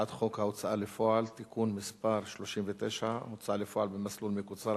הצעת חוק ההוצאה לפועל (תיקון מס' 39) (הוצאה לפועל במסלול מקוצר),